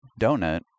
donut